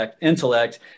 intellect